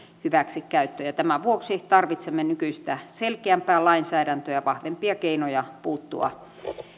hyväksikäyttöä tämän vuoksi tarvitsemme nykyistä selkeämpää lainsäädäntöä ja vahvempia keinoja puuttua